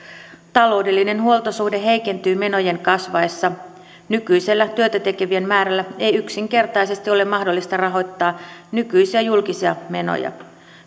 taloudellinen huoltosuhde heikentyy menojen kasvaessa nykyisellä työtä tekevien määrällä ei yksinkertaisesti ole mahdollista rahoittaa nykyisiä julkisia menoja